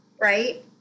right